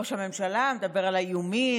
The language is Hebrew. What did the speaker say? ראש הממשלה מדבר על האיומים,